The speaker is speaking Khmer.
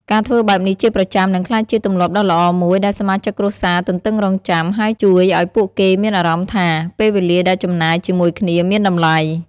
ការធ្វើបែបនេះជាប្រចាំ នឹងក្លាយជាទម្លាប់ដ៏ល្អមួយដែលសមាជិកគ្រួសារទន្ទឹងរង់ចាំ ហើយជួយឱ្យពួកគេមានអារម្មណ៍ថា ពេលវេលាដែលចំណាយជាមួយគ្នាមានតម្លៃ ។